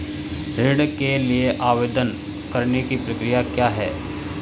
ऋण के लिए आवेदन करने की प्रक्रिया क्या है?